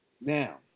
Now